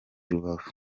rubavu